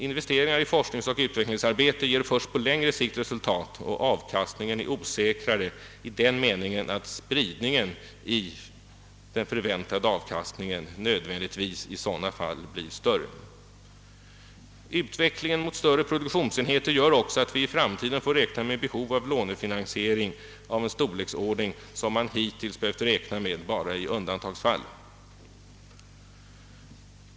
Investeringar inom forskningsoch utvecklingsarbete ger först på längre sikt resultat, och avkastningen är osäkrare i den meningen att spridningen i den förväntade avkastningen nödvändigtvis i sådana fall blir större. Utvecklingen mot större produktionsenheter gör också att vi i framtiden får räkna med behov av lånefinansiering i en storleksordning som man hittills behövde räkna med bara i undantagsfall.